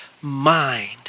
mind